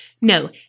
No